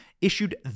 issued